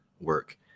work